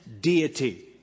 deity